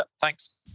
thanks